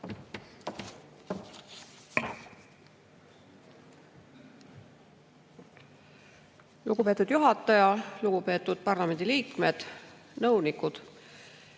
Lugupeetud juhataja! Lugupeetud parlamendiliikmed! Nõunikud!